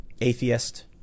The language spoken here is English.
atheist